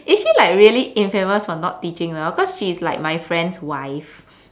is she like really infamous for not teaching well cause she's like my friend's wife